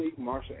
Marsha